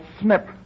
snip